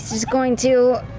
is going to